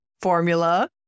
formula